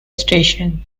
station